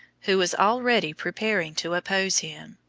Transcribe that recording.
who was already preparing to oppose him.